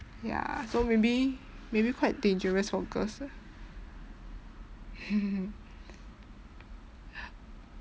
ya so maybe maybe quite dangerous for girls